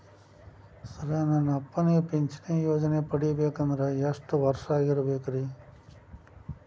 Sir ನನ್ನ ಅಪ್ಪನಿಗೆ ಪಿಂಚಿಣಿ ಯೋಜನೆ ಪಡೆಯಬೇಕಂದ್ರೆ ಎಷ್ಟು ವರ್ಷಾಗಿರಬೇಕ್ರಿ?